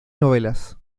novelas